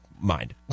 mind